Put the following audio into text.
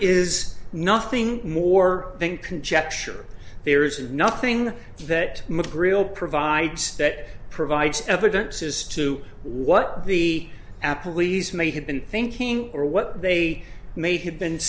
is nothing more than conjecture there's nothing that mcgreal provides that provides evidence as to what the apple e's may have been thinking or what they may have been